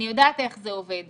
אני יודעת איך זה עובד,